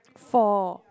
for